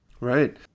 Right